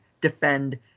defend